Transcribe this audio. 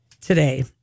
today